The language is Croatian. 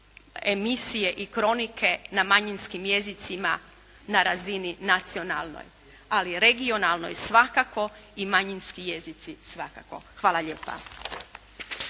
emisije i kronike na manjinskim jezicima na razini nacionalnoj. Ali na regionalnoj svakako i manjinski jezici svakako. Hvala lijepa.